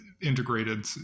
integrated